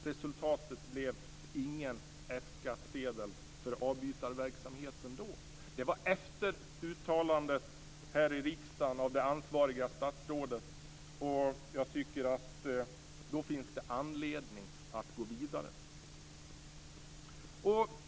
Resultatet blev ingen F-skattsedel för avbytarverksamheten då. Det var efter uttalandet här i riksdagen av det ansvariga statsrådet. Jag tycker att det då finns anledning att gå vidare.